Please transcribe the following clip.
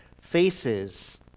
faces